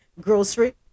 Grocery